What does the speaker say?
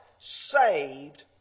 saved